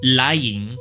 lying